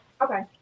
Okay